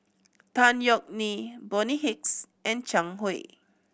Tan Yeok Nee Bonny Hicks and Zhang Hui